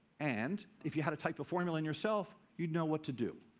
and if you had to type the formula in yourself, you'd know what to do.